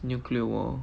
nuclear war